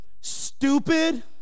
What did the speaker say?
stupid